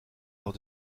lors